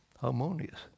harmonious